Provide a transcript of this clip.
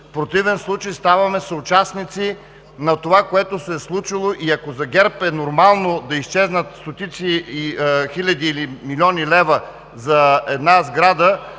в противен случай, ставаме съучастници на това, което се е случило. Ако за ГЕРБ е нормално да изчезнат стотици, хиляди или милиони лева за една сграда,